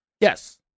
Yes